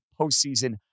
postseason